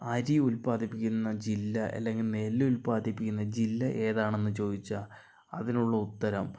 അരി ഉൽപാദിപ്പിക്കുന്ന ജില്ല അല്ലെങ്കിൽ നെല്ല് ഉൽപാദിപ്പിക്കുന്ന ജില്ല എതാണെന്ന് ചോദിച്ചാൽ അതിനുള്ള ഉത്തരം